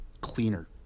cleaner